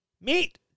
Meet